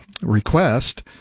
request